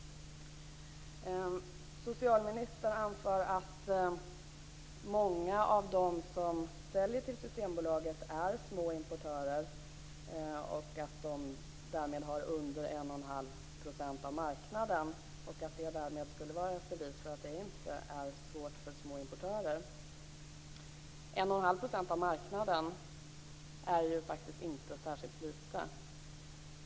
Socialministern anför att många av dem som säljer till Systembolaget är små importörer och att de därmed har mindre än 1 1⁄2 % av marknaden. Det skulle vara ett bevis för att det inte är några svårigheter för små importörer. 1 1⁄2 % av marknaden är faktiskt inte särskilt litet.